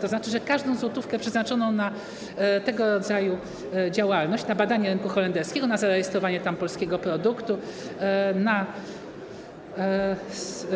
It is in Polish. To znaczy, że każdą złotówkę przeznaczoną na tego rodzaju działalność, na badanie rynku holenderskiego, na zarejestrowanie tam polskiego produktu, na